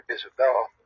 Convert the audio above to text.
Isabella